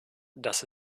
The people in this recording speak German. das